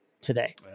Today